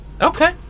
Okay